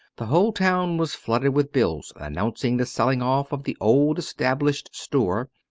the whole town was flooded with bills announcing this selling off of the old established store,